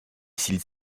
cils